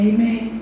Amen